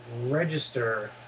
register